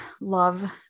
love